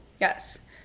Yes